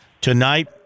tonight